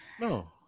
No